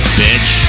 bitch